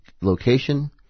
location